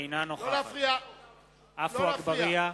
אינה נוכחת עפו אגבאריה,